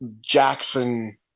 Jackson